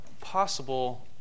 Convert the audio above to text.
possible